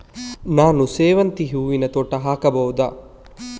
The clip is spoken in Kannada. ನಾನು ಸೇವಂತಿ ಹೂವಿನ ತೋಟ ಹಾಕಬಹುದಾ?